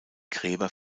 gräber